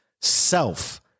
self